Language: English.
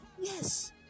yes